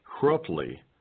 corruptly